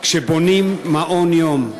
כשבונים מעון-יום,